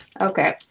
Okay